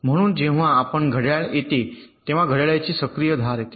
म्हणून जेव्हा आपण घड्याळ येते तेव्हा घड्याळाची सक्रिय धार येते